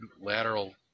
lateral